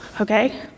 okay